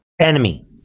enemy